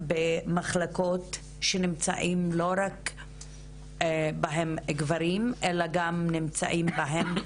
במחלקות שנמצאים בהן לא רק גברים אלא גם גברים